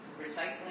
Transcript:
recycling